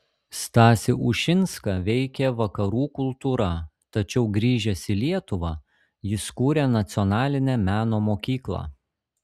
stasį ušinską veikė vakarų kultūra tačiau grįžęs į lietuvą jis kūrė nacionalinę meno mokyklą